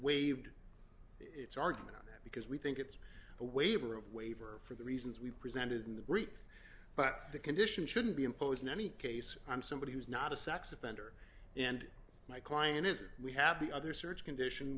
waived its argument on that because we think it's a waiver of waiver for the reasons we presented in the brief but the condition shouldn't be imposed in any case i'm somebody who's not a sex offender and my client is we have the other search condition